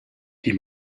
die